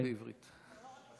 בעברית.